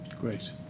Great